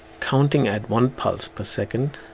counting at one pulse per second